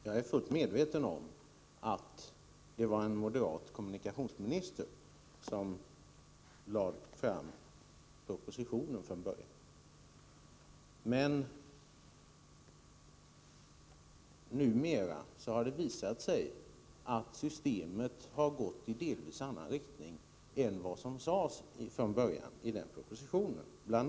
Jag är fullt medveten om att det var en moderat kommunikationsminister som lade fram propositionen om länshuvudmannareformen. Men numera har det visat sig att systemet delvis har utvecklats i annan riktning än vad som sades från början. Bl.